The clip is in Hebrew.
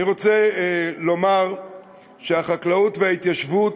אני רוצה לומר שהחקלאות וההתיישבות